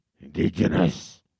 Indigenous